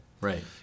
Right